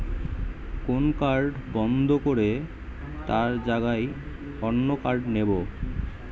কোন কার্ড বন্ধ করে তার জাগায় অন্য কার্ড নেব